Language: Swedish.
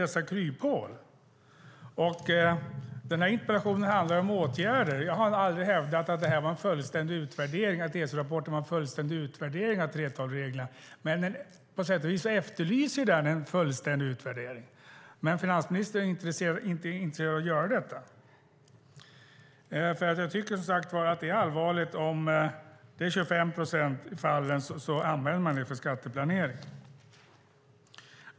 Den här interpellationen handlar om åtgärder. Jag har aldrig hävdat att ESO-rapporten var en fullständig utvärdering av 3:12-reglerna, men på sätt och vis efterlyser man där en fullständig utvärdering. Finansministern är dock inte intresserad av att göra en sådan. Jag tycker att det är allvarligt om man i 25 procent av fallen använder detta för skatteplanering.